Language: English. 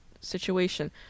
situation